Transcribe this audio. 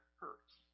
hurts